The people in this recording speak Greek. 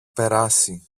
περάσει